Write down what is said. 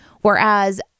whereas